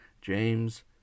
james